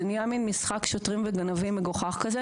זה נהיה מין משחק שוטרים וגנבים מגוחך כזה